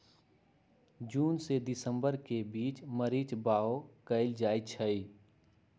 जून से दिसंबर के बीच मरीच बाओ कएल जाइछइ